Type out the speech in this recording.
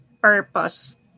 purpose